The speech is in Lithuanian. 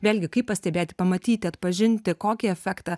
vėlgi kaip pastebėti pamatyti atpažinti kokį efektą